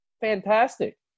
fantastic